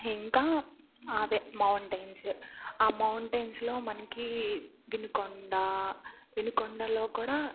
ఇంకా అవే మౌంటైన్స్ ఆ మౌంటైన్స్లో మనకి వినుకొండ వినుకొండలో కూడా